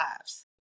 lives